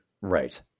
Right